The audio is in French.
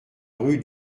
rue